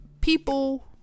people